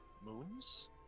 Moons